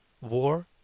war